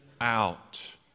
out